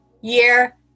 year